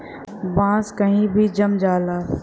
बांस कही भी जाम जाला